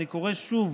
אני קורא שוב